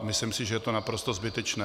Myslím si, že je to naprosto zbytečné.